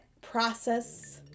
process